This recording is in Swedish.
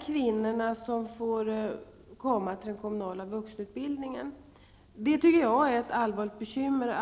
Kvinnorna får gå till den kommunala vuxenutbildningen. Jag tycker att det är ett allvarligt bekymmer.